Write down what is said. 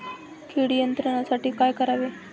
कीड नियंत्रणासाठी काय करावे?